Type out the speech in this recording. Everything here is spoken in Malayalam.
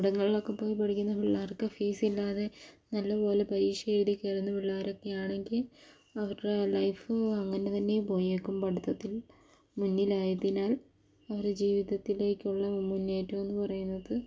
ഇവിടങ്ങളിലൊക്കെ പോയി പഠിക്കുന്ന പിള്ളേർക്ക് ഫീസ് ഇല്ലാതെ നല്ല പോലെ പരിക്ഷ എഴുതി കയറുന്ന പിള്ളേരൊക്കെ ആണെങ്കിൽ അവരുടെ ലൈഫ് അങ്ങനെ തന്നെ പോയെക്കും പഠിത്തത്തിൽ മുന്നിലായതിനാൽ അവരെ ജീവിതത്തിലേക്കുള്ള മുന്നേറ്റവും എന്ന് പറയുന്നത്